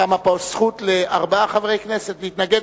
קמה פה הזכות לארבעה חברי הכנסת להתנגד,